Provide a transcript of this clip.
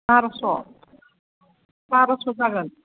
बारस' बारस' जागोन